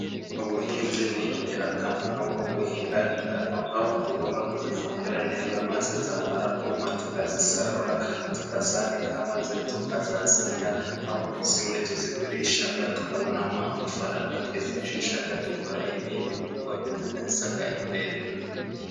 Ubuhinzi ni ingirakamaro nko guhinga ingano aho tugomba kuzifumbira neza maze zamara kuma tukazisarura tukazanika, maze tukazazirya aho zimwe tuzigurisha tukabonamo amafaranga twifashisha dukora ibindi bikorwa biduteza imbere.